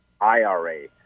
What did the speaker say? IRA